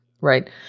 Right